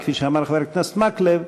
כפי שאמר חבר הכנסת מקלב,